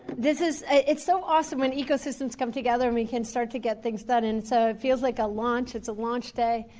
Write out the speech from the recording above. this is it's so awesome when ecosystems come together and we can start to get things done. and so it feels like a launch, it's a launch day.